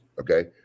Okay